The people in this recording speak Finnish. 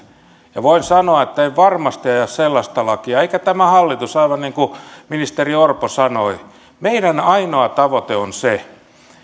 ja voin sanoa että en varmasti aja sellaista lakia eikä tämä hallitus aivan niin kuin ministeri orpo sanoi meidän ainoa tavoitteemme on se